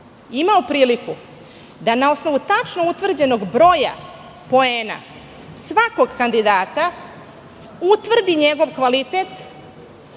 imao priliku da na osnovu tačno utvrđenog broja poena svakog kandidata utvrdi njegov kvalitet,